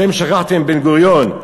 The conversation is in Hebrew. אתם שכחתם בן-גוריון.